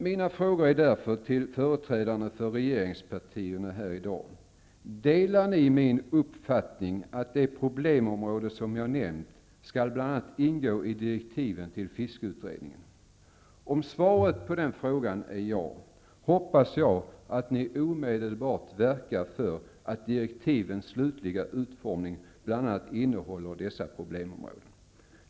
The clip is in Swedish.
Mina frågor till företrädarna för regeringspartierna är därför i dag: Delar ni min uppfattning att de problemområden som jag nämnt skall bl.a. ingå i direktiven till fiskeutredningen? Om svaret på den frågan är ja, hoppas jag att ni omedelbart verkar för att direktivens slutliga utformning blir sådan att de täcker bl.a. dessa problemområden.